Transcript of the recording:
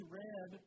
read